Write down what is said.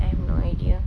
I have no idea